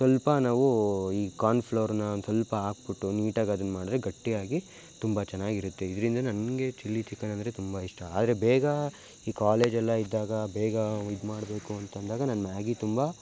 ಸ್ವಲ್ಪ ನಾವು ಈ ಕಾರ್ನ್ ಫ್ಲೋರ್ನ ಒಂದು ಸ್ವಲ್ಪ ಹಾಕ್ಬುಟ್ಟು ನೀಟಾಗಿ ಅದನ್ನ ಮಾಡಿದ್ರೆ ಗಟ್ಟಿಯಾಗಿ ತುಂಬ ಚೆನ್ನಾಗಿರುತ್ತೆ ಇದರಿಂದ ನನಗೆ ಚಿಲ್ಲಿ ಚಿಕನ್ ಅಂದರೆ ತುಂಬ ಇಷ್ಟ ಆದರೆ ಬೇಗ ಈ ಕಾಲೇಜೆಲ್ಲ ಇದ್ದಾಗ ಬೇಗ ಇದು ಮಾಡಬೇಕು ಅಂತಂದಾಗ ನಾನು ಮ್ಯಾಗಿ ತುಂಬ